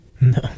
no